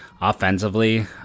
Offensively